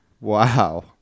Wow